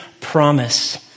promise